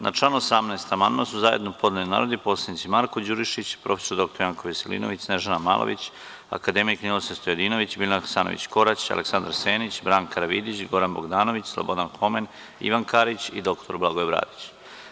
Na član 18. amandman su zajedno podneli narodni poslanici Marko Đurišić, prof. dr Janko Veselinović, Snežana Malović, akademik Ninoslav Stojadinović, Biljana Hasanović Korać, Aleksandar Senić, Branka Karavidić, Goran Bogdanović, Slobodan Homen, Ivan Karić i dr Blagoje Bradić.